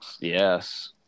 Yes